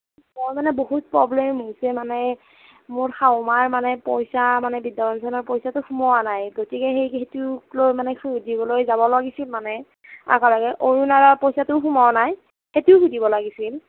মই মানে বহুত প্ৰব্লেম হৈছে মানে মোৰ শাহু মাৰ মানে পইচা মানে বৃদ্ধ পেঞ্চনৰ পইচাটো সোমোৱা নাই গতিকে সেইটোকলৈ মানে সুধিবলৈ যাব লাগিছিল মানে একেলগে অৰুনোদয়ৰ পইচাটোও সোমোৱা নাই সেইটোও সুধিব লাগিছিল